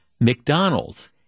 McDonald's